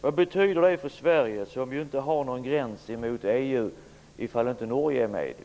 Vad betyder det för Sverige, som ju inte har någon gräns mot EU, ifall Norge inte är med?